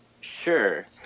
Sure